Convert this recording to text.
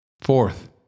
Fourth